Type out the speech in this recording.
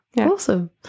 awesome